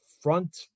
front